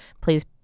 Please